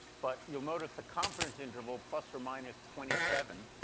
but you'll notice the confidence interval plus or minus twenty seven